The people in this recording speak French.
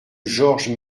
georges